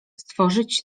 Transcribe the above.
stworzyć